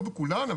לא בכולן,